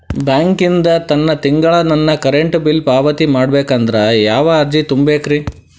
ಬ್ಯಾಂಕಿಂದ ತಾನ ತಿಂಗಳಾ ನನ್ನ ಕರೆಂಟ್ ಬಿಲ್ ಪಾವತಿ ಆಗ್ಬೇಕಂದ್ರ ಯಾವ ಅರ್ಜಿ ತುಂಬೇಕ್ರಿ?